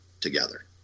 together